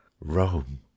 Rome